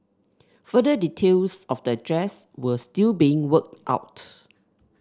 further details of the address were still being worked out